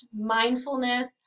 mindfulness